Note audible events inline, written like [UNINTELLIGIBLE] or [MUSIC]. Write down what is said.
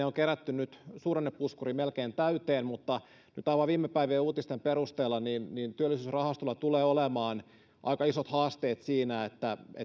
[UNINTELLIGIBLE] on kerätty nyt suhdannepuskuri melkein täyteen mutta nyt aivan viime päivien uutisten perusteella työllisyysrahastolla tulee olemaan aika isot haasteet siinä